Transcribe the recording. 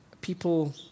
people